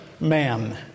man